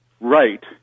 right